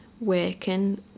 working